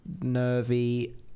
nervy